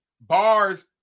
bars